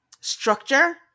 structure